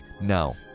no